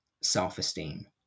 self-esteem